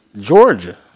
Georgia